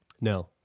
No